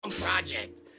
Project